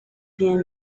bien